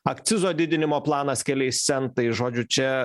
akcizo didinimo planas keliais centais žodžiu čia